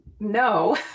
No